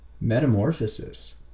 metamorphosis